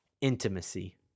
Intimacy